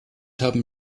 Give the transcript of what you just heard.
haben